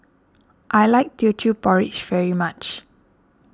I like Teochew Porridge very much